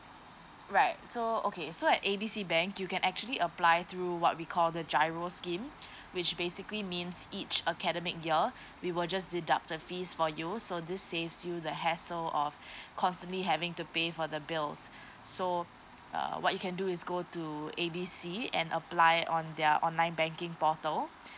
right so okay so A B C bank you can actually apply through what we call the giro scheme which basically means each academic year we will just deduct the fees for you so this saves you the hassle of constantly having to pay for the bills so uh what you can do is go to A B C and apply on their online banking portal